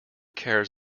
carries